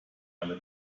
alle